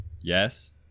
Yes